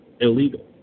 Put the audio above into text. illegal